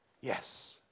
Yes